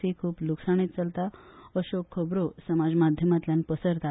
सी खुप लुकसाणीत चलता अश्यो खबरो समाजमाध्यमातल्यान पसरतात